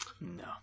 No